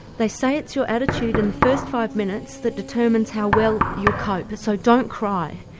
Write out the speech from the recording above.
they say it's your attitude in the first five minutes that determines how well you'll cope, so don't cry.